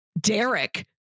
derek